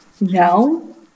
No